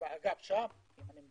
אם אתה